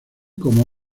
como